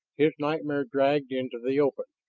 his nightmare dragged into the open.